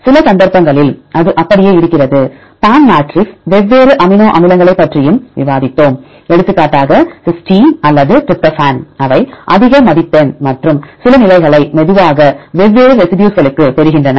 சில சந்தர்ப்பங்களில் அது அப்படியே இருக்கிறது PAM மேட்ரிக்ஸ் வெவ்வேறு அமினோ அமிலங்களைப் பற்றியும் விவாதித்தோம் எடுத்துக்காட்டாக சிஸ்டைன் அல்லது டிரிப்டோபான் அவை அதிக மதிப்பெண் மற்றும் சில நிலைகளை மெதுவாக வெவ்வேறு ரெசிடியூஸ்களுக்கு பெறுகின்றன